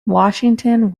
washington